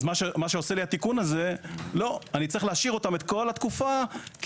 התיקון הזה גורם לי להשאיר אותם לכל התקופה,